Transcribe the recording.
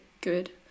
good